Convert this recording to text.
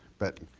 but